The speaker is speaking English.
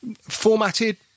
formatted